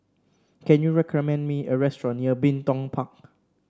can you recommend me a restaurant near Bin Tong Park